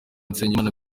nsengimana